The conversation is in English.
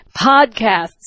podcasts